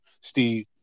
Steve